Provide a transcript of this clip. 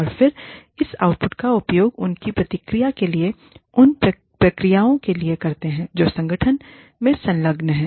और फिर हम इस आउटपुट का उपयोग अपनी प्रतिक्रिया के लिए उन प्रक्रियाओं के लिए करते हैं जो संगठन में संलग्न है